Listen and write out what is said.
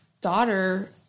daughter